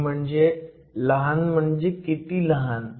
एक म्हणजे लहान म्हणजे किती लहान